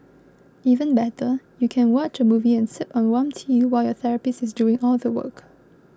even better you can watch a movie and sip on warm tea while your therapist is doing all the work